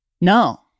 No